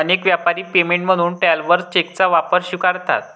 अनेक व्यापारी पेमेंट म्हणून ट्रॅव्हलर्स चेकचा वापर स्वीकारतात